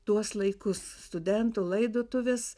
tuos laikus studentų laidotuves